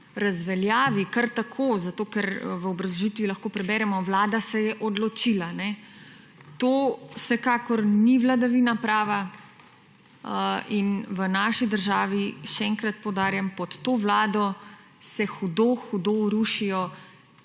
razveljavi kar tako, zato ker, v obrazložitvi lahko preberemo, vlada se je odločila, ne. To vsekakor ni vladavina prava in v naši državi, še enkrat poudarjam, pod to vlado se hudo hudo rušijo